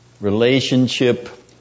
relationship